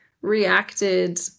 reacted